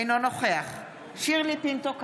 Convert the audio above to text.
אינו נוכח שירלי פינטו קדוש,